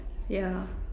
ya